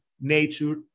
nature